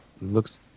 looks